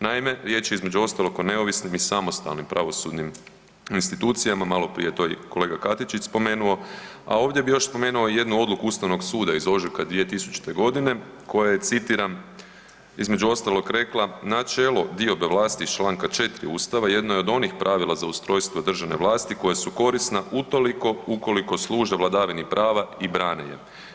Naime, riječ je između ostalog o neovisnim i samostalnim pravosudnim institucijama, malo prije je to i kolega Katičić spomenuo, a ovdje bi još spomenuo jednu odluku Ustavnog suda iz ožujka 2000. godine koja je citiram između ostalog rekla, načelo diobe vlasti iz Članka 4. Ustava jedno je od onih pravila za ustrojstvo državne vlasti koje su korisna utoliko ukoliko služe vladavini prava i brane je.